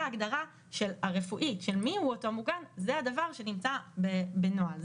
אלה ההגדרות שאתם קבעתם והן מאוד ברורות.